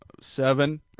Seven